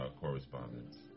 correspondence